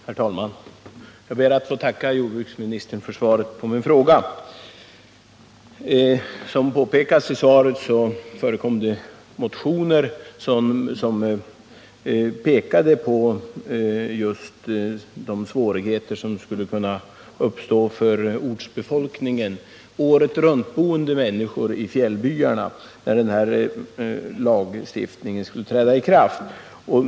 Herr talman! Jag ber att få tacka jordbruksministern för svaret på min fråga. Som framhålls i svaret förelåg motioner som pekade på just de svårigheter som skulle kunna uppstå för ortsbefolkningen, dvs. åretruntboende människor i fjällbyarna, när denna lagstiftning skulle träda i kraft.